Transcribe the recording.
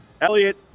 Elliot